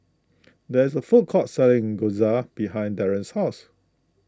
there is a food court selling Gyoza behind Daron's house